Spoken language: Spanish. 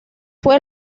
fue